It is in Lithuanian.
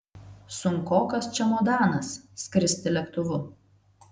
sunkokas čemodanas skristi lėktuvu